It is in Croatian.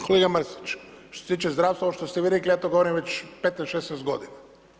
Kolega Mrsić, što se tiče zdravstva, ovo što ste vi rekli, ja to govorim već 15, 16 godina.